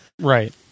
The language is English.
Right